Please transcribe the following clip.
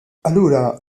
allura